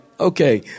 Okay